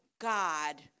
God